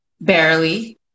barely